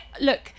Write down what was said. look